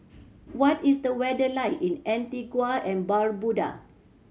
what is the weather like in Antigua and Barbuda